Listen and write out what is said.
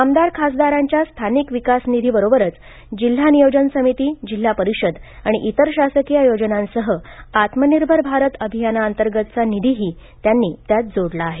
आमदार खासदारांच्या स्थानिक विकास निधी बरोबरच जिल्हा नियोजन समिती जिल्हा परिषद आणि इतर शासकीय योजनांसह आत्मनिर्भर भारत अभियानांतर्गतचा निधीही त्यांनी त्यात जोडला आहे